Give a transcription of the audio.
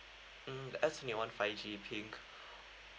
mm the s twenty one five G pink